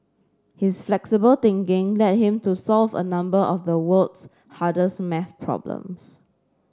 his flexible thinking led him to solve a number of the world's hardest maths problems